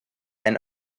and